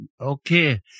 Okay